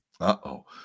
Uh-oh